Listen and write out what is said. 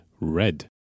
red